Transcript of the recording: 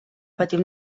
patir